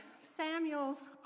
Samuel's